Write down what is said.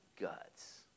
guts